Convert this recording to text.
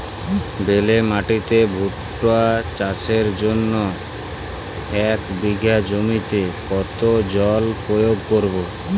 বেলে মাটিতে ভুট্টা চাষের জন্য এক বিঘা জমিতে কতো জল প্রয়োগ করব?